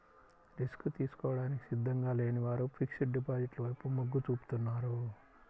risk తీసుకోవడానికి సిద్ధంగా లేని వారు ఫిక్స్డ్ డిపాజిట్ల వైపు మొగ్గు చూపుతున్నారు